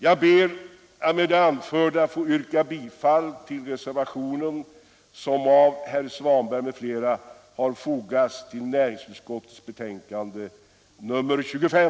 Jag ber med det anförda att få yrka bifall till reservationen 2 vid punkten 7 i näringsutskottets betänkande nr 25.